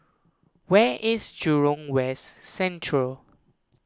where is Jurong West Central